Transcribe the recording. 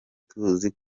tuzi